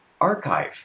archive